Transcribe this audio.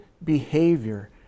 behavior